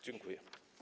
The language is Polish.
Dziękuję.